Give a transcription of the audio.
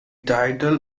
title